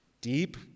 deep